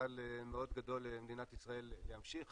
פוטנציאל מאוד גדול למדינת ישראל להמשיך